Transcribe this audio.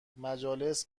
مجالس